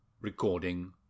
Recording